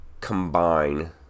combine